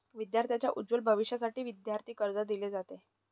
विद्यार्थांच्या उज्ज्वल भविष्यासाठी विद्यार्थी कर्ज दिले जाते